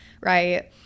right